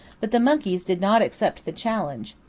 but the monkeys did not accept the challenge,